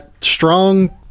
strong